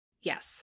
Yes